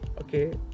okay